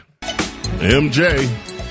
MJ